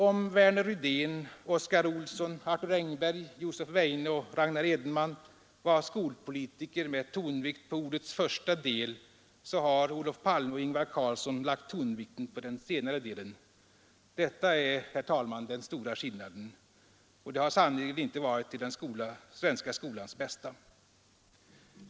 Om Värner Rydén, Oscar Olsson, Arthur Engberg, Josef Weijne och Ragnar Edenman var skolpolitiker med tonvikt på ordets första del, så har Olof Palme och Ingvar Carlsson lagt tonvikten på den senare delen. Detta är, herr talman, den stora skillnaden. Och det har sannerligen inte varit till den svenska skolans bästa.